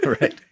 right